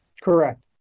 Correct